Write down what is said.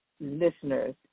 listeners